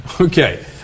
Okay